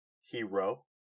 Hero